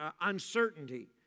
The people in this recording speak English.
uncertainty